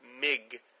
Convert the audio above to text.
Mig